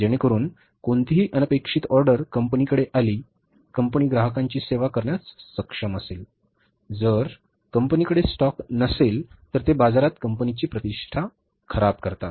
जेणेकरून कोणतीही अनपेक्षित ऑर्डर कंपनीकडे आली कंपनी ग्राहकांची सेवा करण्यास सक्षम असेल जर कंपनीकडे स्टॉक नसेल तर ते बाजारात कंपनीची प्रतिष्ठा खराब करतात